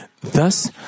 Thus